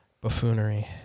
buffoonery